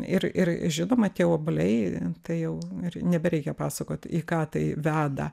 ir ir žinoma tie obuoliai tai jau ir nebereikia pasakot į ką tai veda